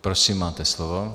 Prosím, máte slovo.